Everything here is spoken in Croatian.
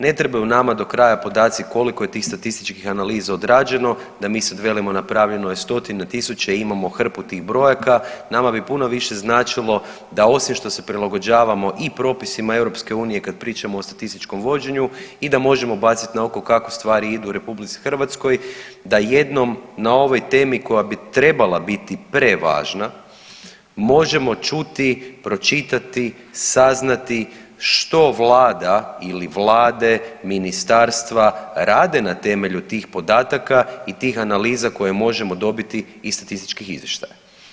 Ne trebaju nama do kraja podaci koliko je tih statističkih analiza odrađeno da mi sad velimo napravljeno je stotine tisuća i imamo hrpu tih brojaka, nama bi puno više značilo da osim što se prilagođavamo i propisima EU kad pričamo o statističkom vođenju i da možemo baciti na oko kako stvari idu u RH da jednom na ovoj temi koja bi trebala biti prevažna možemo čuti, pročitati, saznati što vlada ili vlade, ministarstva rade na temelju tih podataka i tih analiza koje možemo dobiti iz statističkih izvještaja.